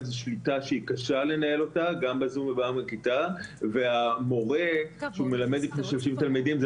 זאת שליטה שקשה לנהל אותה והמורה שהוא מלמד לפני 70 תלמידים,